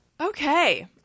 Okay